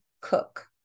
cook